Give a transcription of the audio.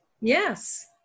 Yes